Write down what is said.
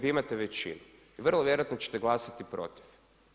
Vi imate većinu i vrlo vjerojatno ćete glasati protiv.